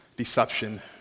Deception